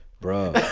Bro